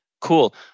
Cool